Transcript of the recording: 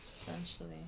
Essentially